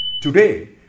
Today